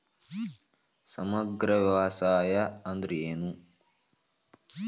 ಸಮಗ್ರ ವ್ಯವಸಾಯ ಅಂದ್ರ ಏನು?